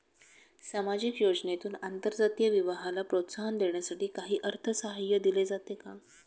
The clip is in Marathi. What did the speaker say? सामाजिक योजनेतून आंतरजातीय विवाहाला प्रोत्साहन देण्यासाठी काही अर्थसहाय्य दिले जाते का?